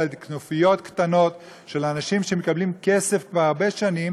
אלא על ידי כנופיות קטנות של אנשים שמקבלים כסף כבר הרבה שנים